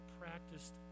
practiced